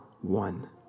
one